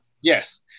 Yes